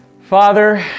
Father